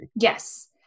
Yes